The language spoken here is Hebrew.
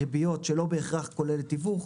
ריביות, שלא בהכרח כולל תיווך.